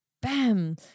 bam